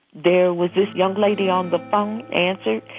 there was this young lady on the phone answered,